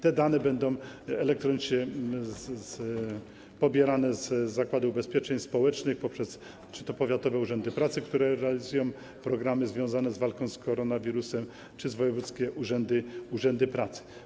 Te dane będą elektronicznie pobierane z Zakładu Ubezpieczeń Społecznych przez powiatowe urzędy pracy, które realizują programy związane z walką z koronawirusem, czy wojewódzkie urzędy pracy.